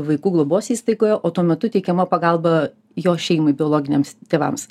vaikų globos įstaigoje o tuo metu teikiama pagalba jo šeimai biologiniams tėvams